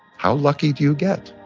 how lucky do you get?